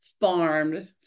farmed